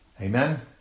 Amen